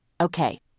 Okay